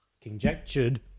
conjectured